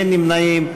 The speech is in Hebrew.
אין נמנעים.